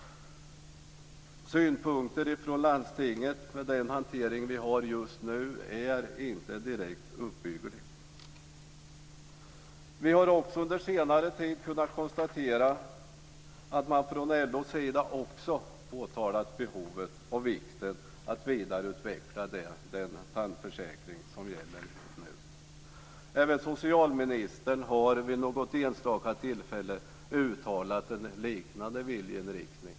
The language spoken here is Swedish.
Synpunkterna från landstinget när det gäller den hantering vi har just nu är inte direkt uppbyggliga. Vi har också under senare tid kunnat konstatera att man från LO:s sida också påtalat behovet och vikten av att vidareutveckla den tandförsäkring som gäller nu. Även socialministern har vid något enstaka tillfälle uttalat en liknande viljeinriktning.